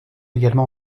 également